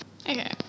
Okay